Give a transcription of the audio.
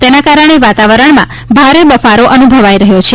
તેના કારણે વાતાવરણમાં ભારે બફારો અનુભવાઇ રહ્યો છે